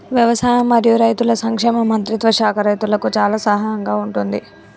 వ్యవసాయం మరియు రైతుల సంక్షేమ మంత్రిత్వ శాఖ రైతులకు చాలా సహాయం గా ఉంటుంది